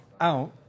out